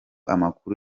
amakuru